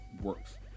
works